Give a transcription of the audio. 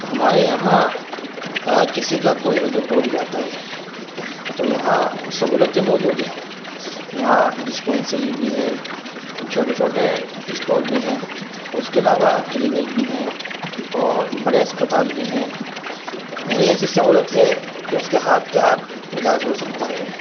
ہمارے یہاں اگر کسی کا کوئی عضو ٹوٹ جاتا ہے تو یہاں سہولتیں موجود ہیں یہاں ڈسپنسری بھی ہے اور چھوٹے چھوٹے اسٹور بھی ہیں اس کے علاوہ کلینک بھی ہیں اور بڑے اسپتال بھی ہیں یعنی ایسی سہولت ہے کہ اس کے ہاتھ کے ہاتھ علاج ہو سکتا ہے